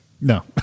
No